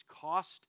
cost